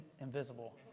invisible